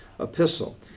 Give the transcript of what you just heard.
epistle